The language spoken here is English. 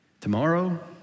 tomorrow